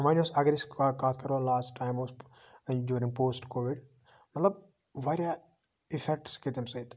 وۄنۍ ٲسۍ اگر أسۍ کتھ کرو لاس ٹایم اوس جوٗرِنٛگ پوسٹ کووِڑ مَطلَب واریاہ اِفیٚکٹس گٔے تمہِ سۭتۍ